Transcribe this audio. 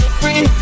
free